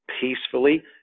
peacefully